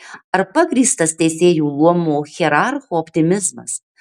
ar pagrįstas teisėjų luomo hierarcho optimizmas